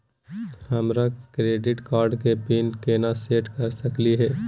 हमर credit card के pin केना सेट कर सकली हे?